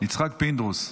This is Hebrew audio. יצחק פינדרוס.